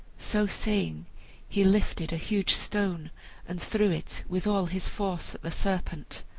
so saying he lifted a huge stone and threw it with all his force at the serpent.